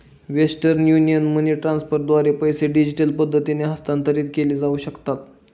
western Union money ट्रान्स्फरद्वारे पैसे digital पद्धतीने हस्तांतरित केले जाऊ शकतात